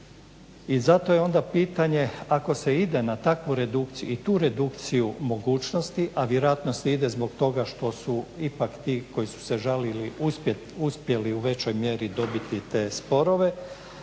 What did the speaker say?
i zato je onda pitanje ako se ide na takvu redukciju, i tu redukciju mogućnosti a vjerojatno se ide zbog toga što su ipak ti koji su se žalili uspjeli u većoj mjeri dobiti te sporove